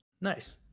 Nice